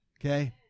Okay